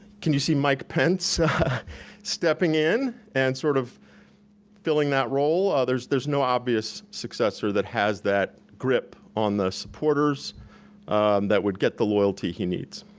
can you see mike pence stepping in and sort of filling that role? ah there's there's no obvious successor that has that grip on the supporters that would get the loyalty he needs.